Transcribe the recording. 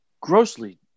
grossly